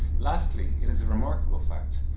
lastly, it is a remarkable fact,